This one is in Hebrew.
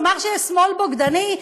לומר שיש שמאל בוגדני,